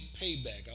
payback